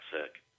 sick